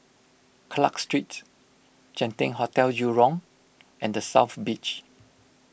Clarke Street Genting Hotel Jurong and the South Beach